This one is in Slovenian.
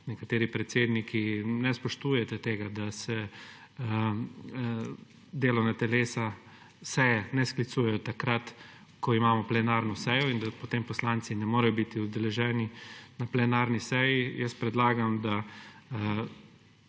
nekateri predsedniki ne spoštujete tega, da se delovna telesa seje ne sklicujejo takrat, ko imamo plenarno sejo, in da potem poslanci ne morejo biti udeleženi na plenarni seji, jaz predlagam, da